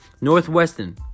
Northwestern